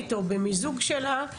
הממשלתית, או במיזוג שלה,